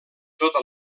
tota